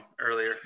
earlier